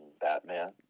Batman